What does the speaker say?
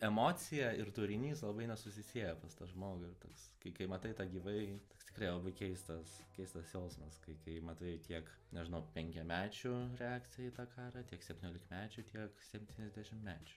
emocija ir turinys labai nesusisieja pas tą žmogų ir toks kai kai matai tą gyvai tikrai labai keistas keistas jausmas kai kai matai tiek nežinau penkiamečių reakciją į tą karą tiek septyniolikmečių tiek septyniasdešimtmečių